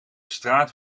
straat